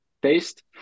based